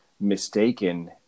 mistaken